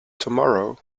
tomorrow